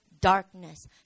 darkness